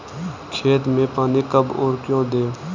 खेत में पानी कब और क्यों दें?